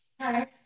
Hi